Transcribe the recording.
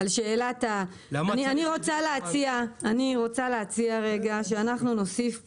אני רוצה להציע שאנחנו נוסיף פה,